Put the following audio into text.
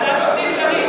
גם ועדת עובדים זרים.